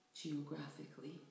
geographically